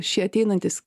šie ateinantys